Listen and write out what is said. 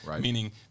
Meaning